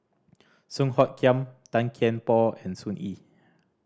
Song Hoot Kiam Tan Kian Por and Sun Yee